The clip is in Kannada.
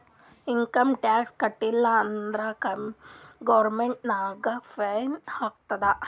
ಇನ್ಕಮ್ ಟ್ಯಾಕ್ಸ್ ಕಟ್ಟೀಲ ಅಂದುರ್ ಗೌರ್ಮೆಂಟ್ ನಮುಗ್ ಫೈನ್ ಹಾಕ್ತುದ್